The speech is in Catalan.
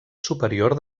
superior